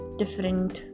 different